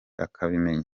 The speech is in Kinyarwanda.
akabimenya